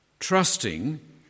Trusting